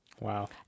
wow